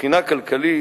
מבחינה כלכלית,